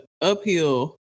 uphill